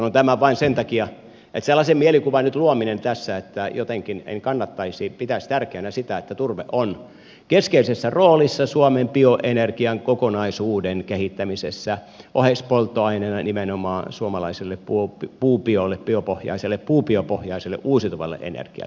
sanon tämän vain sen takia että ei luoda sellaista mielikuvaa nyt tässä että jotenkin en pitäisi tärkeänä sitä että turve on keskeisessä roolissa suomen bioenergian kokonaisuuden kehittämisessä oheispolttoaineena nimenomaan suomalaiselle puubiolle biopohjaiselle puubiopohjaiselle uusiutuvalle energialle